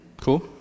Cool